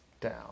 down